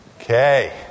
Okay